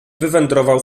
wywędrował